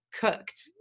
cooked